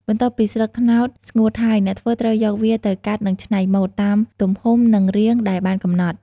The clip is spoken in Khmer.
បន្ទាប់ពីស្លឹកត្នោតស្ងួតហើយ អ្នកធ្វើត្រូវយកវាទៅ កាត់និងច្នៃម៉ូដ តាមទំហំ និងរាងដែលបានកំណត់។